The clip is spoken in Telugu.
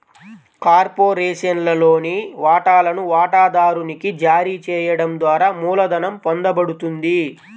కార్పొరేషన్లోని వాటాలను వాటాదారునికి జారీ చేయడం ద్వారా మూలధనం పొందబడుతుంది